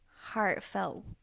heartfelt